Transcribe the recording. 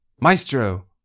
maestro